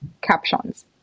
captions